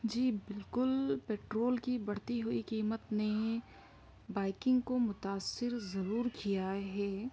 جی بالکل پٹرول کی بڑھتی ہوئی قیمت نے بائیکنگ کو متاثر ضرور کیا ہے